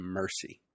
mercy